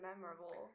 memorable